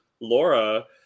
Laura